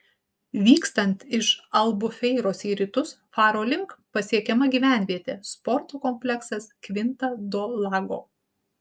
vykstant iš albufeiros į rytus faro link pasiekiama gyvenvietė sporto kompleksas kvinta do lago